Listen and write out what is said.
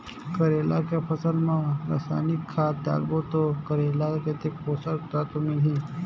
करेला के फसल मा रसायनिक खाद डालबो ता करेला कतेक पोषक तत्व मिलही?